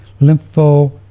lympho